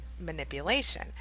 manipulation